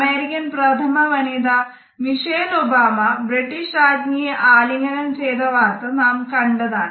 American പ്രഥമ വനിതാ Michelle Obama British രാജ്ഞിയെ ആലിംഗനം ചെയ്ത് വാർത്ത നാം കണ്ടതാണ്